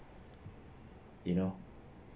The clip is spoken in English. you know